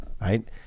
right